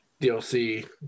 dlc